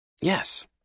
Yes